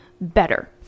better